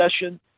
session